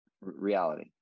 reality